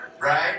right